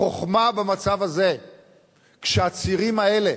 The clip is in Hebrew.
החוכמה במצב הזה כשהעצירים האלה,